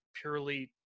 purely